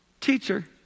Teacher